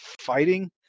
fighting